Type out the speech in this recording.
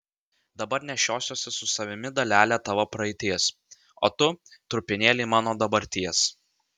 dabar nešiosiuosi su savimi dalelę tavo praeities o tu trupinėlį mano dabarties